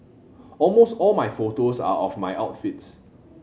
almost all my photos are of my outfits